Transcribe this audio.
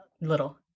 little